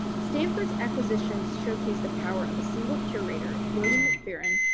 stanford's acquisitions showcased the power of a single curator, william mcpheron,